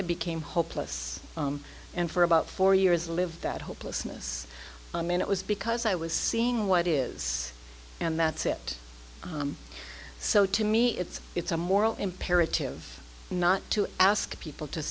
i became hopeless and for about four years lived that hopelessness and it was because i was seeing what is and that's it so to me it's it's a moral imperative not to ask people to